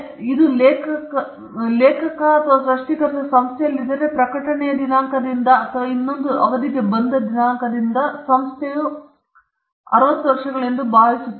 ಇದು ಲೇಖಕರು ಅಲ್ಲವೇನೋ ಲೇಖಕ ಅಥವಾ ಸೃಷ್ಟಿಕರ್ತ ಸಂಸ್ಥೆಯಲ್ಲಿದ್ದರೆ ಪ್ರಕಟಣೆಯ ದಿನಾಂಕದಿಂದ ಅಥವಾ ಇನ್ನೊಂದು ಅವಧಿಗೆ ಬಂದ ದಿನಾಂಕದಿಂದ ಸಂಸ್ಥೆಯು 60 ವರ್ಷಗಳು ಎಂದು ನಾನು ಭಾವಿಸುತ್ತೇನೆ